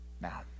now